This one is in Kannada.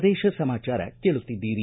ಪ್ರದೇಶ ಸಮಾಚಾರ ಕೇಳುತ್ತಿದ್ದೀರಿ